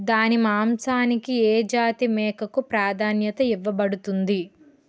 దాని మాంసానికి ఏ జాతి మేకకు ప్రాధాన్యత ఇవ్వబడుతుంది?